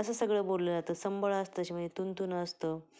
असं सगळं बोललं जातं संबळ असतं त्याच्यामध्ये तुणतुणं असतं